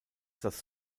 das